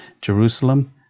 Jerusalem